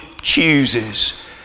chooses